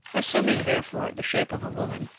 assuming, therefore, the shape of a woman,